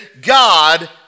God